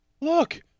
Look